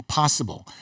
possible